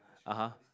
(uh huh)